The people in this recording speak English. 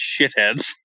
shitheads